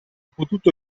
potuto